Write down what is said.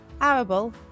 arable